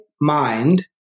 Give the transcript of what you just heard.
mind